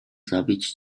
zabić